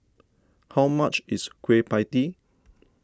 how much is Kueh Pie Tee